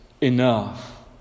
enough